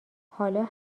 حالا